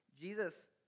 Jesus